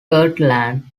kirtland